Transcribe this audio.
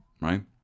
Right